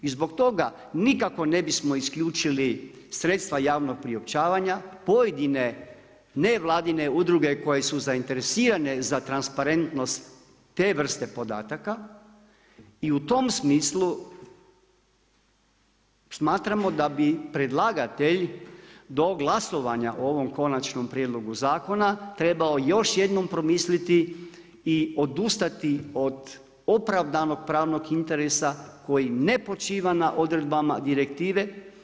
I zbog toga nikako ne bismo isključili sredstva javnog priopćavanje, a pojedine nevladine udruge koje su zainteresirane za transparentnost te vrste podataka i u tom smislu smatramo da bi predlagatelj do glasovanja ovog konačnog prijedlogu zakona trebao još jednom promisliti i odustati od opravdanog pravnog interesa koji ne počiva na odredbama direktive.